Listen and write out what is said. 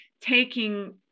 taking